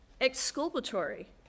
exculpatory